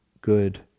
good